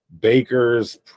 Bakers